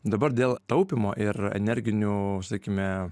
dabar dėl taupymo ir energinių sakykime